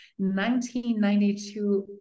1992